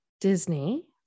Disney